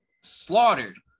slaughtered